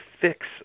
fix